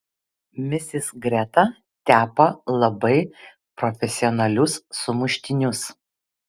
misis greta tepa labai profesionalius sumuštinius